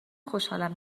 خوشحالم